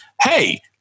hey